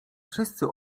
wszyscy